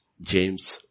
James